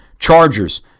Chargers